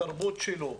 התרבות שלו,